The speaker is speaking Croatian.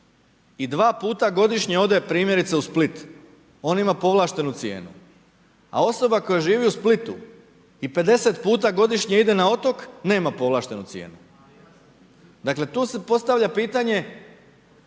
i 2 puta godišnje ode primjerice u Split, on ima povlaštenu cijenu. A osoba koja živi u Splitu i 50 puta godišnje ide na otok, nema povlaštenu cijenu. Dakle, tu se postavlja pitanje,